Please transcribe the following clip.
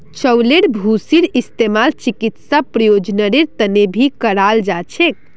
चउलेर भूसीर इस्तेमाल चिकित्सा प्रयोजनेर तने भी कराल जा छे